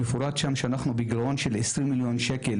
מפורט שם שאנחנו בגרעון של 20 מיליון שקל